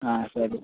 ಹಾಂ ಸರಿ